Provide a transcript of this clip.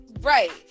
Right